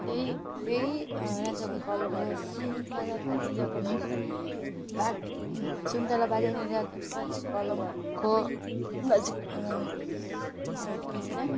त्यही त्यही राजा भातखावाको सुन्ताला बारी जग्गामा भएर बाट सुन्तला बारी अनि राजा राजा भातखावाको नजिक के भन्छ अरे